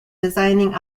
designing